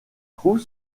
trouve